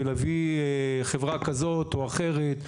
ולהביא חברה כזאת או אחרת,